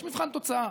יש מבחן תוצאה.